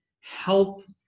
help